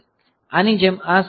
આની જેમ આ સંબંધ આવશે